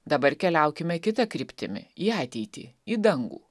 dabar keliaukime kita kryptimi į ateitį į dangų